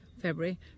February